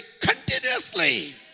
continuously